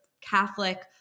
Catholic